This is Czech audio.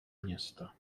města